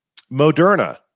Moderna